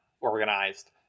organized